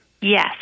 Yes